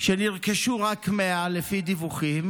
שנרכשו רק 100 לפי דיווחים,